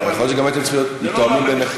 אבל יכול להיות שגם הייתם צריכים להיות מתואמים ביניכם.